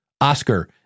Oscar